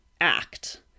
act